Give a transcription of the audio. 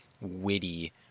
witty